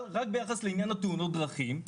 ביחס לתאונות הדרכים,